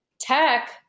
tech